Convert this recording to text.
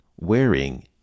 wearing